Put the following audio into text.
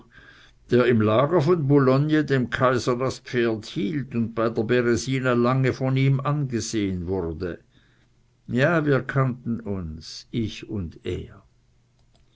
der im lager von boulogne dem kaiser das pferd hielt und bei der beresina lange von ihm angesehen wurde ja wir kannten uns ich und er